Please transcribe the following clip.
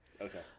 Okay